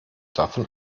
davon